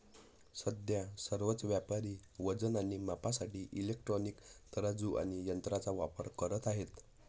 सध्या सर्वच व्यापारी वजन आणि मापासाठी इलेक्ट्रॉनिक तराजू आणि यंत्रांचा वापर करत आहेत